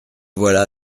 voilà